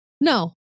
No